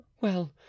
Well